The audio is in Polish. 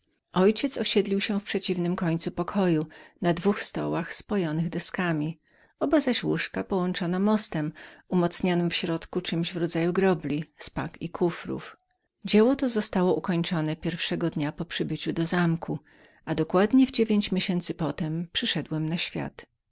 ojciec mój osiedlił się w przeciwnym końcu pokoju na dwóch stołach spojonych deskami oba zaś łóżka połączono mostem umocowanym w środku podwalnią z pak i kufrów dzieło to zostało ukończone pierwszego dnia naszego przybycia do zamku i w dziewięć miesięcy potem przyszedłem na świat